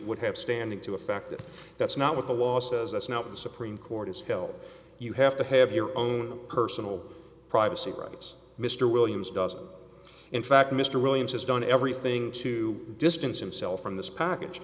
would have standing to effect that that's not what the law says that's now the supreme court has held you have to have your own personal privacy rights mr williams does in fact mr williams has done everything to distance himself from this package